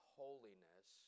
holiness